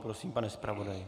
Prosím, pane zpravodaji.